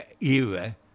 era